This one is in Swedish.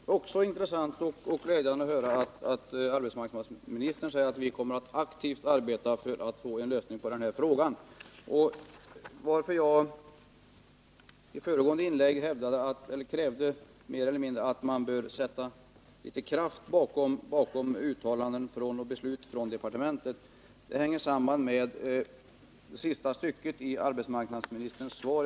Herr talman! Det är intressant och glädjande att höra att arbetsmarknadsministern säger att folkpartiregeringen kommer att aktivt arbeta för en lösning av den här frågan. Anledningen till att jag i föregående inlägg mer eller mindre krävde att man skall sätta kraft bakom uttalanden och beslut från departementet var det sista stycket i arbetsmarknadsministerns svar.